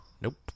Nope